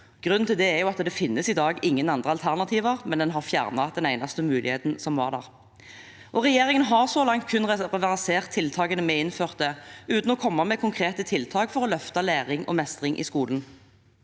Grunnen til det er at det i dag ikke finnes noen alternativer. Man har fjernet den eneste muligheten som var der. Regjeringen har så langt kun reversert tiltakene vi innførte, uten å komme med konkrete tiltak for å løfte læring og mestring i skolen.